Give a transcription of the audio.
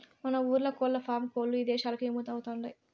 మన ఊర్ల కోల్లఫారం కోల్ల్లు ఇదేశాలకు ఎగుమతవతండాయ్